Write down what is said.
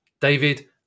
David